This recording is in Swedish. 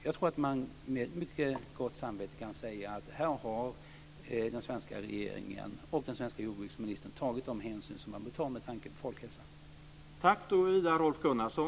Jag tror att man med mycket gott samvete kan säga att här har den svenska regeringen och den svenska jordbruksministern tagit de hänsyn som man bör ta med tanke på folkhälsan.